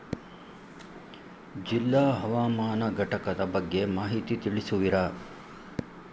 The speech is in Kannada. ಜಿಲ್ಲಾ ಹವಾಮಾನ ಘಟಕದ ಬಗ್ಗೆ ಮಾಹಿತಿ ತಿಳಿಸುವಿರಾ?